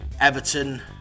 Everton